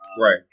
right